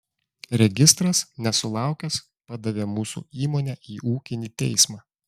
registras nesulaukęs padavė mūsų įmonę į ūkinį teismą